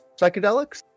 psychedelics